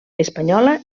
espanyola